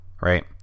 Right